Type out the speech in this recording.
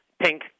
Pink